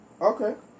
Okay